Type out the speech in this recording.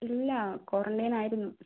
ഇല്ല ക്വാറൻ്റയിൻ ആയിരുന്നു